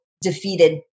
defeated